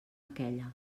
aquella